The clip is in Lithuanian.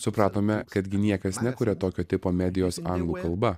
supratome kad gi niekas nekuria tokio tipo medijos anglų kalba